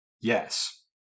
Yes